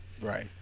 right